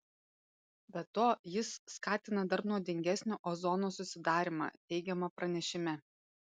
be to jis skatina dar nuodingesnio ozono susidarymą teigiama pranešime